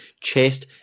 chest